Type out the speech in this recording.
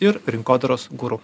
ir rinkodaros guru